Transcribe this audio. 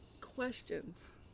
questions